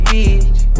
Beach